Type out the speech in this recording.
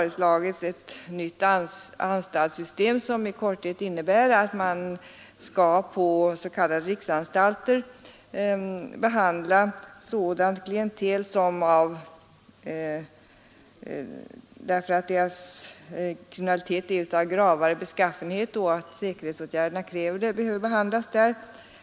Ett nytt anstaltssystem har föreslagits, vilket innebär att man skall på s.k. riksanstalter behandla sådant klientel som på grund av att dess kriminalitet är av gravare beskaffenhet och på grund av att säkerhetsåtgärderna kräver det behöver behandlas där.